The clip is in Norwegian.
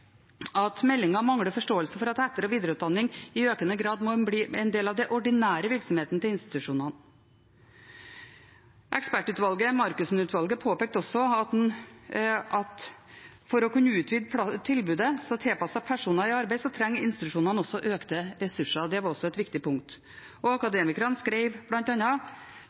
at meldingen mangler forståelse for at etter- og videreutdanning i økende grad må bli en del av den ordinære virksomheten til institusjonene. Ekspertutvalget, Markussen-utvalget, påpekte også at for å kunne utvide tilbudet som er tilpasset personer i arbeid, trenger institusjonene også økte ressurser. Det var også et viktig punkt. Akademikerne